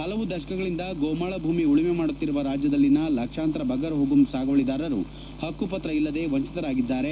ಹಲವು ದಶಕಗಳಿಂದ ಗೋಮಾಳ ಭೂಮಿ ಉಳುಮೆ ಮಾಡುತ್ತಿರುವ ರಾಜ್ಯದಲ್ಲಿನ ಲಕ್ಷಾಂತರ ಬಗರ್ ಪುಕುಂ ಸಾಗುವಳಿದಾರರು ಪಕ್ಕುಪತ್ರ ಇಲ್ಲದೇ ವಂಚಿತರಾಗಿದ್ದಾರೆ